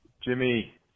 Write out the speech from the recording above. Jimmy